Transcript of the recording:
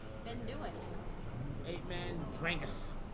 been doing eight men drinketh